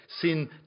Sin